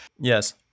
Yes